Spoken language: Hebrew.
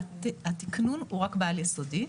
שהתקנון הוא רק בעל-יסודי.